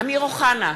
אמיר אוחנה,